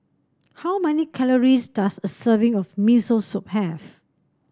how many calories does a serving of Miso Soup have